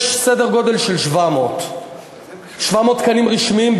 יש סדר-גודל של 700. 700 תקנים רשמיים,